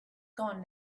gone